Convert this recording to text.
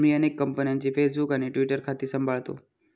मी अनेक कंपन्यांची फेसबुक आणि ट्विटर खाती सांभाळतो